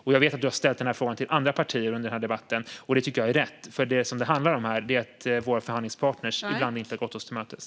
Jag vet att Hjälmered har ställt den här frågan till andra partier under den här debatten. Det tycker jag är rätt, för det som det handlar om här är att våra förhandlingspartner ibland inte har gått oss till mötes.